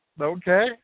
Okay